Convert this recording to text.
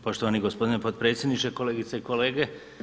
Poštovani gospodine potpredsjedniče, kolegice i kolege.